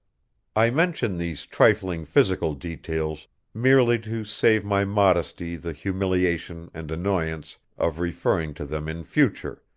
i mention these trifling physical details merely to save my modesty the humiliation and annoyance of referring to them in future,